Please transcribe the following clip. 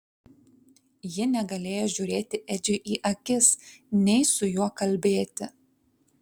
ji negalėjo žiūrėti edžiui į akis nei su juo kalbėti